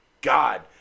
God